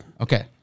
Okay